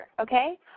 okay